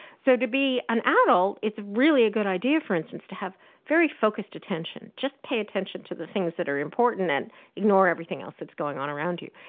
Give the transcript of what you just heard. so to be an adult, it's really a good idea, for instance, to have very focused attention, just pay attention to the things that are important and ignore everything else that's going on around you.